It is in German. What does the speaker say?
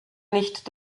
nicht